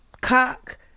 cock